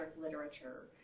literature